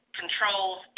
controls